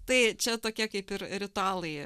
tai čia tokie kaip ir ritualai